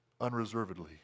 unreservedly